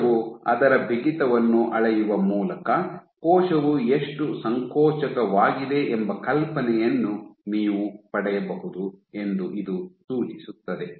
ಕೋಶವು ಅದರ ಬಿಗಿತವನ್ನು ಅಳೆಯುವ ಮೂಲಕ ಕೋಶವು ಎಷ್ಟು ಸಂಕೋಚಕವಾಗಿದೆ ಎಂಬ ಕಲ್ಪನೆಯನ್ನು ನೀವು ಪಡೆಯಬಹುದು ಎಂದು ಇದು ಸೂಚಿಸುತ್ತದೆ